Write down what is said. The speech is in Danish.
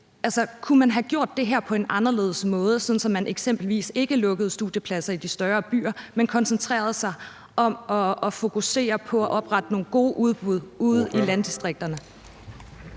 Kunne man have gjort det her på en anderledes måde, sådan at man eksempelvis ikke lukkede studiepladser i de større byer, men koncentrerede sig om at fokusere på at oprette nogle gode udbud ude i landdistrikterne?